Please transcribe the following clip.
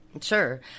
Sure